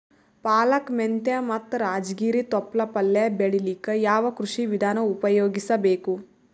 ಪಾಲಕ, ಮೆಂತ್ಯ ಮತ್ತ ರಾಜಗಿರಿ ತೊಪ್ಲ ಪಲ್ಯ ಬೆಳಿಲಿಕ ಯಾವ ಕೃಷಿ ವಿಧಾನ ಉಪಯೋಗಿಸಿ ಬೇಕು?